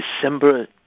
December